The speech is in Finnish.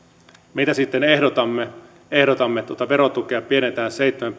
mitä sitten ehdotamme ehdotamme että tuota verotukea pienennetään seitsemän